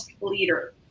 leader